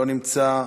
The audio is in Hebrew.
לא נמצא,